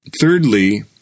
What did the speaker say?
Thirdly